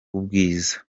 ubwiza